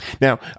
Now